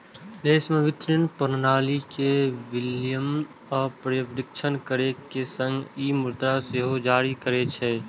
देशक वित्तीय प्रणाली के विनियमन आ पर्यवेक्षण करै के संग ई मुद्रा सेहो जारी करै छै